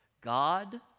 God